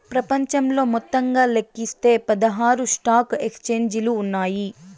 ప్రపంచంలో మొత్తంగా లెక్కిస్తే పదహారు స్టాక్ ఎక్స్చేంజిలు ఉన్నాయి